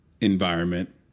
environment